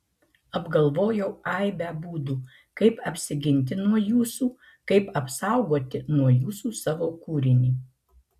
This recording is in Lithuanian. apgalvojau aibę būdų kaip apsiginti nuo jūsų kaip apsaugoti nuo jūsų savo kūrinį